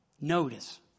Notice